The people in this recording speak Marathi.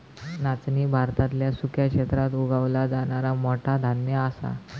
नाचणी भारतातल्या सुक्या क्षेत्रात उगवला जाणारा मोठा धान्य असा